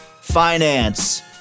finance